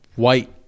White